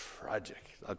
tragic